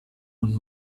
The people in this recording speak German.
und